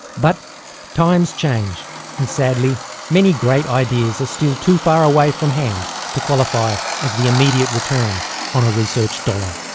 but times change and sadly many great ideas are still too far away from hand to qualify as the immediate return on research dollars.